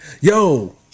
Yo